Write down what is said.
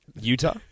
Utah